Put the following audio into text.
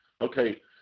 okay